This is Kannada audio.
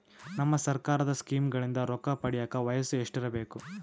ನಮ್ಮ ಸರ್ಕಾರದ ಸ್ಕೀಮ್ಗಳಿಂದ ರೊಕ್ಕ ಪಡಿಯಕ ವಯಸ್ಸು ಎಷ್ಟಿರಬೇಕು?